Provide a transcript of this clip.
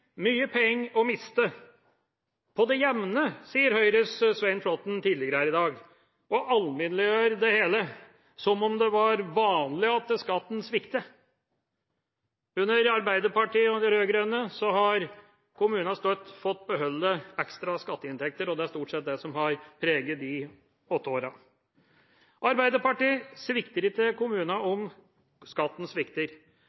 mye penger å miste. «På det jevne», sa Høyres Svein Flåtten tidligere her i dag, og alminneliggjør det hele, som om det var vanlig at skatten sviktet. Under Arbeiderpartiet og de rød-grønne har kommunene bestandig fått beholde ekstra skatteinntekter, og det er stort sett det som har preget de åtte årene. Arbeiderpartiet svikter ikke kommunene